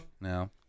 No